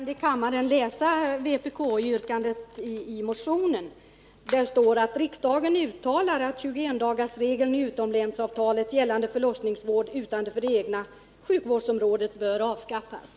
Herr talman! Jag vill för de närvarande i kammaren läsa upp vpk-yrkandet i motionen. Där föreslås ”att riksdagen uttalar att 21-dagarsregeln i utomlänsavtalet, gällande förlossningsvård utanför det egna sjukvårdsområdet bör avskaffas”.